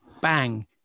bang